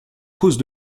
cause